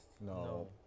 No